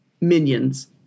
minions